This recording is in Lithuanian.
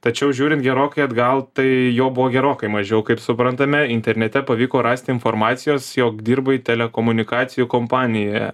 tačiau žiūrint gerokai atgal tai jo buvo gerokai mažiau kaip suprantame internete pavyko rasti informacijos jog dirbai telekomunikacijų kompanijoje